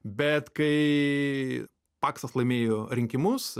bet kai paksas laimėjo rinkimus